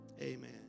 Amen